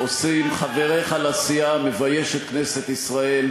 שעושים חבריך לסיעה מבייש את כנסת ישראל.